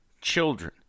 children